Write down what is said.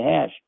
hash